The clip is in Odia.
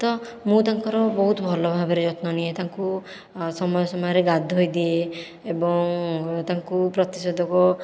ତ ମୁଁ ତାଙ୍କର ବହୁତ ଭଲ ଭାବରେ ଯତ୍ନ ନିଏ ତାଙ୍କୁ ସମୟ ସମୟରେ ଗାଧୋଇ ଦିଏ ଏବଂ ତାଙ୍କୁ ପ୍ରତିଷେଧକ